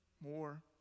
more